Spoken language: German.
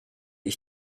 ich